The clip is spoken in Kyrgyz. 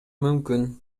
мүмкүн